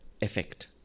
effect